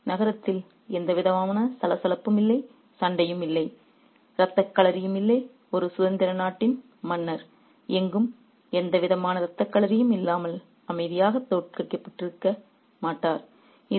எனவே நகரத்தில் எந்தவிதமான சலசலப்பும் இல்லை சண்டையும் இல்லை இரத்தக்களரியும் இல்லை ஒரு சுதந்திர நாட்டின் மன்னர் எங்கும் எந்தவிதமான இரத்தக்களரியும் இல்லாமல் அமைதியாக தோற்கடிக்கப்பட்டிருக்க மாட்டார்